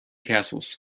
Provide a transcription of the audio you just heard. castles